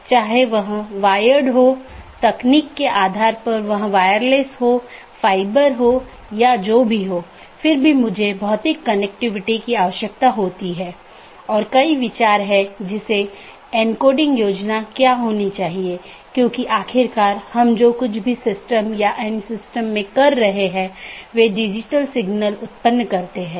दूसरे अर्थ में हमारे पूरे नेटवर्क को कई ऑटॉनमस सिस्टम में विभाजित किया गया है जिसमें कई नेटवर्क और राउटर शामिल हैं जो ऑटॉनमस सिस्टम की पूरी जानकारी का ध्यान रखते हैं हमने देखा है कि वहाँ एक बैकबोन एरिया राउटर है जो सभी प्रकार की चीजों का ध्यान रखता है